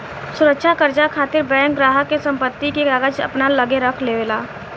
सुरक्षा कर्जा खातिर बैंक ग्राहक के संपत्ति के कागज अपना लगे रख लेवे ला